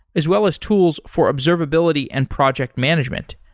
as well as tools for observability and project management.